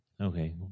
Okay